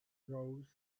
grows